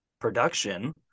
production